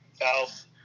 elf